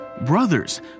brothers